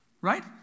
Right